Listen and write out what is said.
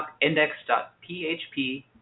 index.php